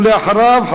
ואחריו,